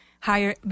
higher